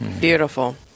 Beautiful